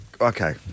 okay